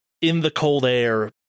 in-the-cold-air